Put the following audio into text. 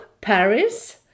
Paris